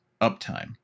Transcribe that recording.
uptime